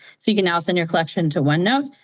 so you can now send your collection to onenote,